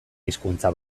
hizkuntza